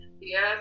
yes